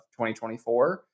2024